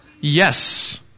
Yes